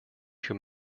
who